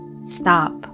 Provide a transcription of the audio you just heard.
stop